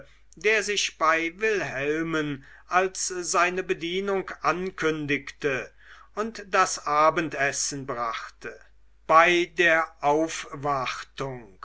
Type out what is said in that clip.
der sich bei wilhelmen als seine bedienung ankündigte und das abendessen brachte bei der aufwartung